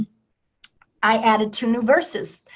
i added two new verses.